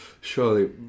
Surely